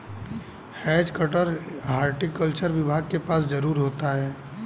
has cutter horticulture विभाग के पास जरूर होता है